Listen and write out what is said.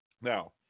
Now